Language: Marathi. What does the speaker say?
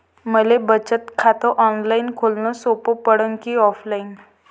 मले बचत खात ऑनलाईन खोलन सोपं पडन की ऑफलाईन?